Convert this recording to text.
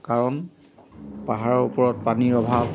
কাৰণ পাহাৰৰ ওপৰত পানীৰ অভাৱ